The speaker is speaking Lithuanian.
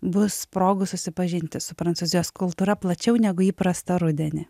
bus progų susipažinti su prancūzijos kultūra plačiau negu įprasta rudenį